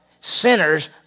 Sinners